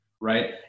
right